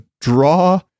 draw